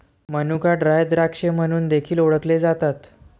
मनुका ड्राय द्राक्षे म्हणून देखील ओळखले जातात